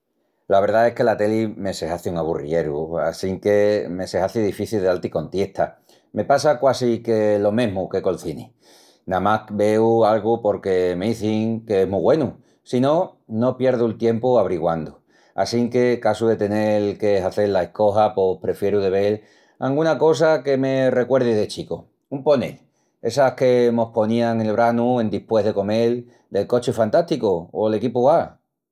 La verdá es que la teli me se hazi un aburrieru assinque me se hazi difici de dal-ti contiesta. Me passa quasi que lo mesmu que col cini. Namás veu algu porque m'izin que es mu güenu. Si no, no pierdu'l tiempu abriguandu. Assinque casu de tenel que hazel la escoja pos prefieru de vel anguna cosa que me recuerdi de chicu. Un ponel, essas que mos ponían en el branu endispués de comel del cochi fantásticu o l'equipu A.